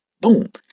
boom